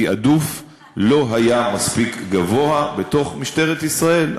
התעדוף לא היה מספיק גבוה בתוך משטרת ישראל.